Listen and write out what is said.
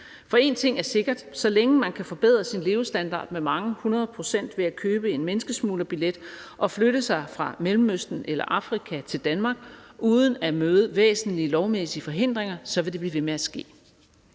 For én ting er sikker: Så længe man kan forbedre sin levestandard med mange hundrede procent ved at købe en menneskesmuglerbillet og flytte sig fra Mellemøsten eller Afrika til Danmark uden at møde væsentlige lovmæssige forhindringer, vil det blive ved med at ske.